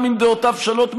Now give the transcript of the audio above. גם אם דעותיו שונות משלי.